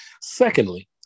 Secondly